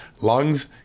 lungs